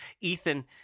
Ethan